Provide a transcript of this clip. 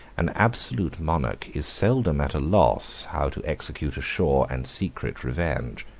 an absolute monarch is seldom at a loss how to execute a sure and secret revenge.